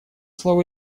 слово